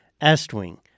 Estwing